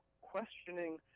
questioning